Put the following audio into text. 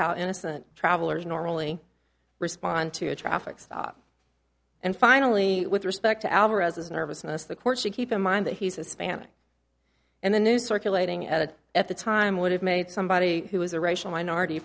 how innocent travelers normally respond to a traffic stop and finally with respect to alvarez's nervousness the court should keep in mind that he's hispanic and the news circulating at it at the time would have made somebody who was a racial minorit